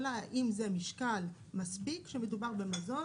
השאלה האם זה משקל מספיק כשמדובר במזון.